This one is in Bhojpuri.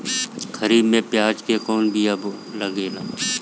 खरीफ में प्याज के कौन बीया लागेला?